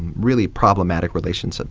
really, problematic relations, ah